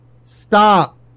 Stop